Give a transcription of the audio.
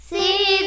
See